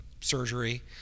surgery